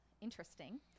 interesting